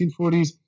1940s